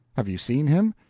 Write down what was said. have you seen him?